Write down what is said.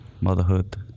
motherhood